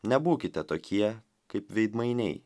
nebūkite tokie kaip veidmainiai